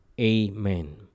Amen